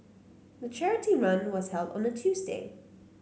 the charity run was held on a Tuesday